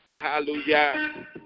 Hallelujah